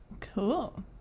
Cool